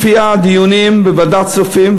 לפי הדיונים בוועדת הכספים,